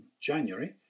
January